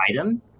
items